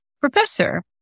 professor